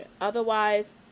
Otherwise